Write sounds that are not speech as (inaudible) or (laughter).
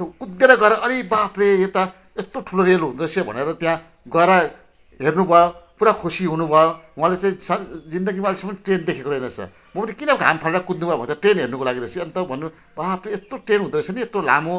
अन्त कुदेर गएर अरे बाप रे यता यस्तो ठुलो रेल हुँदोरहेछ भनेर त्यहाँ गएर हेर्नुभयो पुरा खुसी हुनुभयो उहाँले चाहिँ (unintelligible) जिन्दगीमा अहिलेसम्म ट्रेन देखेको रहेनछ म चाहिँ किन हाम् फालेर कुद्नु भयो भनेको त ट्रेन हेर्नुको लागि रहेछ अन्त भन्नुभयो बाप रे यस्तो ट्रेन हुँदोरहेछ नि यत्रो लामो